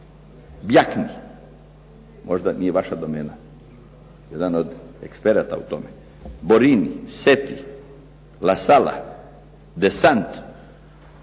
možda nije vaša domena. Jedan eksperata u tome Borini, Seti, La Sala, Desant